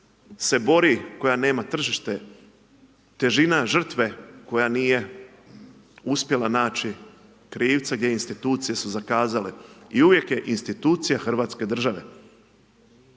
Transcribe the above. se bori, koja nema tržište, težina žrtve koja nije uspjela naći krivca, gdje institucije su zakazale i uvijek je institucija hrvatske države.